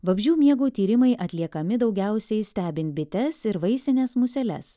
vabzdžių miego tyrimai atliekami daugiausiai stebint bites ir vaisines museles